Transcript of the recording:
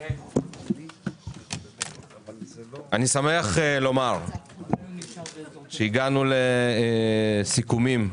אני שמח לומר שהגענו לסיכומים,